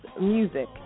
music